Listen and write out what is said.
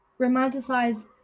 romanticize